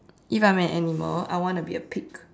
if I am an animal I want to be a pig